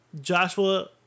Joshua